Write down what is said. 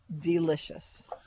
delicious